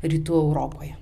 rytų europoje